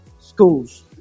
schools